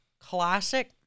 classic